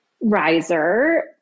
riser